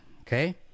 Okay